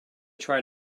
tried